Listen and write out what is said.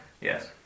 Yes